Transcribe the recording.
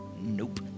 Nope